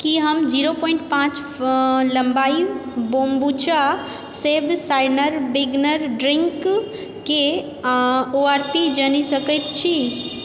की हम zero point पाँच लम्बाई बोम्बुचा सेव साइडर विनेगर ड्रिङ्क के ओ आर पी जानि सकैत छी